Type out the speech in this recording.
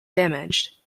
damaged